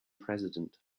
president